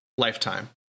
Lifetime